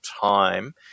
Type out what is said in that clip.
time